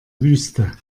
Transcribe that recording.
wüste